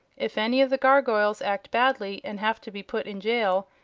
if any of the gargoyles act badly, and have to be put in jail,